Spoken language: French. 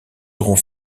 aurons